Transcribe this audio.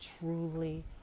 truly